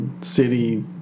City